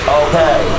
okay